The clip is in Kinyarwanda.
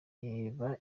reba